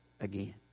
again